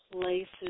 places